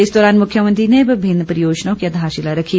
इस दौरान मुख्यमंत्री ने विभिन्न परियोजनाओं की आघारशिला रखी